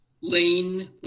Lane